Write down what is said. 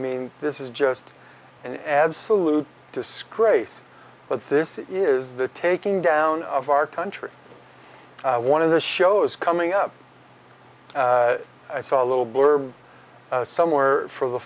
mean this is just an absolute disgrace that this is the taking down of our country one of the shows coming up i saw a little blurb somewhere for the